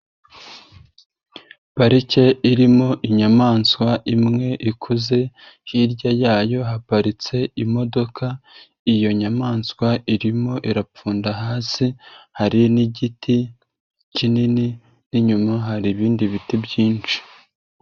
Parike irimo inyamaswa imwe ikuze, hirya yayo haparitse imodoka, iyo nyamaswa irimo irapfunda hasi, hari n'igiti kinini n'inyuma hari ibindi biti byinshi.